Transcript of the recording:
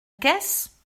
caisse